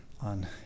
on